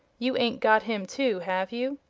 you ain't got him too, have you?